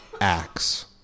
Acts